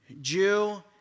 Jew